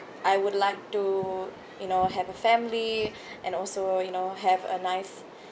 I would like to you know have a family and also you know have a nice